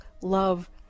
love